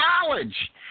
college